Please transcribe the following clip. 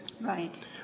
Right